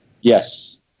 Yes